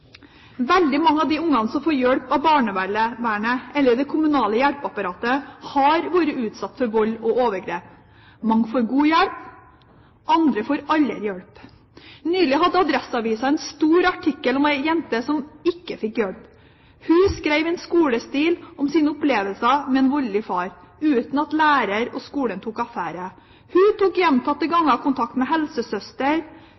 Veldig mange av de barna som får hjelp av barnevernet eller det kommunale hjelpeapparatet, har vært utsatt for vold og overgrep. Mange får god hjelp, andre får aldri hjelp. Nylig hadde Adresseavisen en stor artikkel om ei jente som ikke fikk hjelp. Hun skrev en skolestil om sine opplevelser med en voldelig far, uten at lærer og skolen tok affære. Hun tok gjentatte